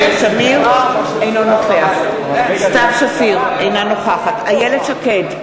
אינו נוכח סתיו שפיר, אינה נוכחת איילת שקד,